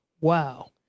wow